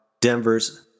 Denver's